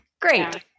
great